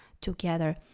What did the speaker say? together